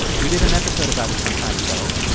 we did an episode about it some time ago.